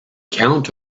count